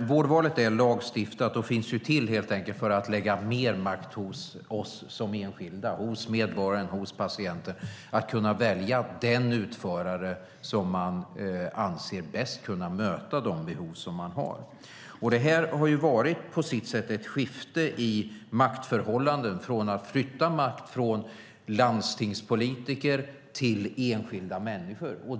Vårdvalet är lagstiftat och finns till för att helt enkelt lägga mer makt hos oss som enskilda, hos medborgaren, hos patienten, att kunna välja den utförare som man anser bäst möter de behov man har. Det har på sitt sätt varit ett skifte i maktförhållandena genom att makt har flyttats från landstingspolitiker till enskilda människor.